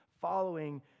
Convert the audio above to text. following